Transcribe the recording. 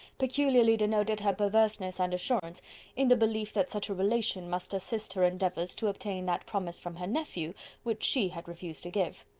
peculiarly denoted her perverseness and assurance in the belief that such a relation must assist her endeavours to obtain that promise from her nephew which she had refused to give.